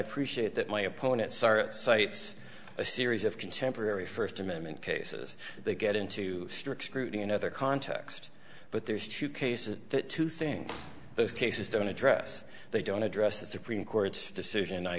appreciate that my opponents are cites a series of contemporary first amendment cases that they get into strict scrutiny and other context but there's two cases that two things those cases don't address they don't address the supreme court's decision i